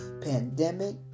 pandemic